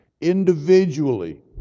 individually